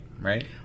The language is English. right